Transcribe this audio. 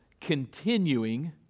continuing